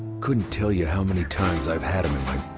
couldn't tell you how many times i've had him in my